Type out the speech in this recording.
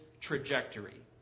trajectory